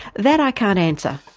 that i can't answer.